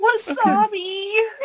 Wasabi